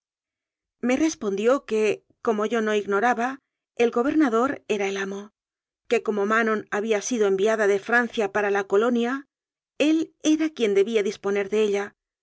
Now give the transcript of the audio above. me respondió que como yo no ignoraba el gober nador era el amo que como manon había sido en viada de francia para la colonia él era quien de bía disponer de ella